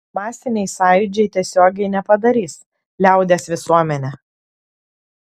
masiniai sąjūdžiai tiesiogiai nepadarys liaudies visuomene